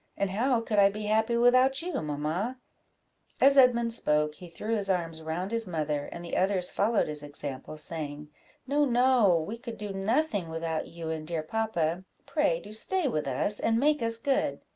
and how could i be happy without you, mamma as edmund spoke, he threw his arms round his mother and the others followed his example, saying no, no, we could do nothing without you and dear papa pray do stay with us, and make us good.